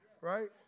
Right